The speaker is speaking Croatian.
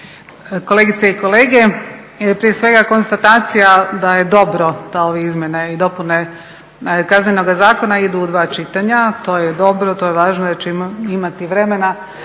kolegice i kolege. Prije svega konstatacija da je dobro da ove izmjene i dopune Kaznenoga zakona idu u dva čitanja to je dobro, to je važno, jer će imati vremena